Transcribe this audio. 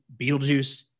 Beetlejuice